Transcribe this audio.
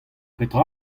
petra